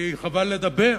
כי חבל לדבר,